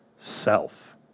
self